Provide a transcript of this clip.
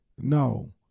No